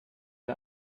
der